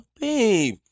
babe